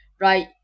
right